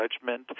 judgment